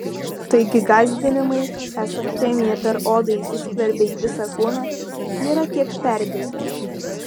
taigi gąsdinimai esą chemija per odą įsiskverbia į visą kūną yra kiek perdėti